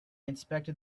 inspected